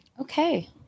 okay